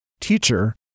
Teacher